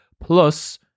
Plus